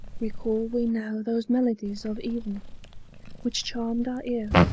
recall we now those melodies of even which charmed our ear,